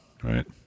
right